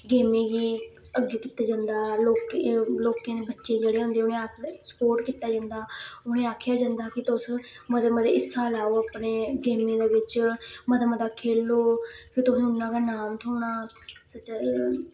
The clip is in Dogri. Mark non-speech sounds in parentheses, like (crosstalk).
गेमें गी अग्गें कीते जंदा लोकें लोकें दे बच्चे जेह्ड़े हुंदे उ'नेंगी आखदे सपोर्ट कीता जंदा उ'नेंगी आखेआ जंदा कि तुस मते मते हिस्सा लैओ अपने गेमें दे बिच्च मता मता खेलो ते तुसेंगी उन्ना गै नाम थ्होना (unintelligible)